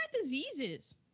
diseases